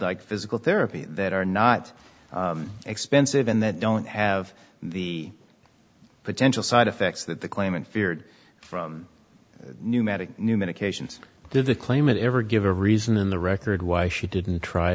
like physical therapy that are not expensive and that don't have the potential side effects that the claimant feared from pneumatic new medications did the claimant ever give a reason in the record why she didn't try